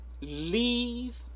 leave